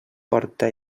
porta